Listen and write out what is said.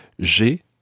J'ai